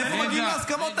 איפה מגיעים להסכמות האלה?